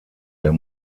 der